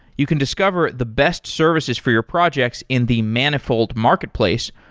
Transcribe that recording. you can discover the best services for your projects in the manifold marketplace,